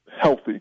healthy